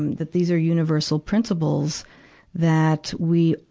um that these are universal principles that we,